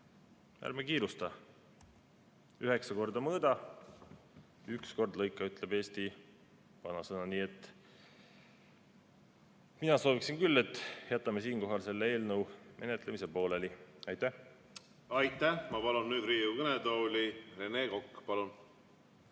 Ärme kiirustame! Üheksa korda mõõda, üks kord lõika, ütleb eesti vanasõna. Nii et mina sooviksin küll, et jätame siinkohal selle eelnõu menetlemise pooleli. Aitäh! Aitäh! Ma palun nüüd Riigikogu kõnetooli Rene Koka. Palun!